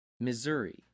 Missouri